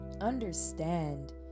understand